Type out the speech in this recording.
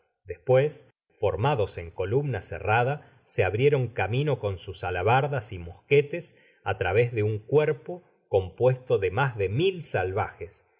despues formados en columna cerrada se abrieron camino con sus alabardas y mosquetes á través de un cuerpo compuesto de mas de mil salvajes